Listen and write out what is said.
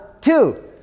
two